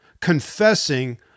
confessing